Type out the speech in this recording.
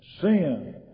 Sin